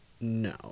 No